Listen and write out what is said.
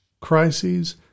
crises